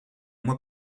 mois